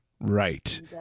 Right